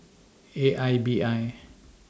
A I B I